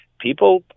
People